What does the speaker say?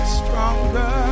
stronger